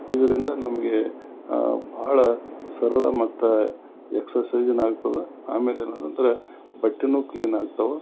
ಇದರಿಂದ ನಮಗೆ ಬಹಳ ಸರಳ ಮತ್ತು ಎಕ್ಸರ್ಸೈಜ್ನು ಆಗ್ತದೆ ಆಮೇಲೆ ಏನಾರಂದ್ರೆ ಬಟ್ಟೆ ಕ್ಲೀನ್ ಆಗ್ತಾವೆ